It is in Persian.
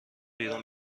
بیرون